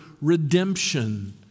redemption